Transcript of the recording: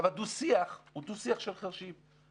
דו-השיח הוא דו-שיח של חירשים.